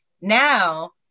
Now